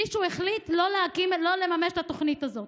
מישהו החליט לא לממש את התוכנית הזאת.